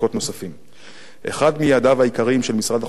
אחד מיעדיו העיקריים של משרד החקלאות ופיתוח הכפר